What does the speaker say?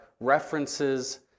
references